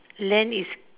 land is